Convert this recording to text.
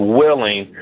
willing